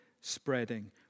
spreading